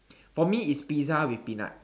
for me is pizza with peanut